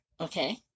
Okay